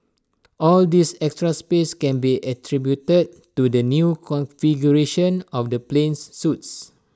all this extra space can be attributed to the new configuration of the plane's suites